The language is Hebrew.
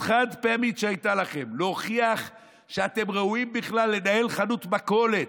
החד-פעמית שהייתה לכם להוכיח שאתם ראויים בכלל לנהל חנות מכולת.